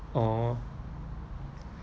orh